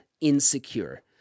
insecure